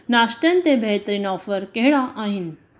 नाश्तनि ते बहितरीनु ऑफर कहिड़ा आहिनि